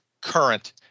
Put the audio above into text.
current